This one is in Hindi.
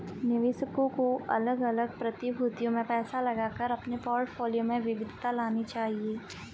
निवेशकों को अलग अलग प्रतिभूतियों में पैसा लगाकर अपने पोर्टफोलियो में विविधता लानी चाहिए